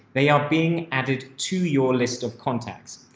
they are being added to your list of contacts.